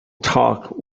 talk